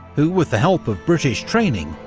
who, with the help of british training,